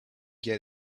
get